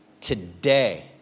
today